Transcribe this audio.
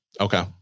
Okay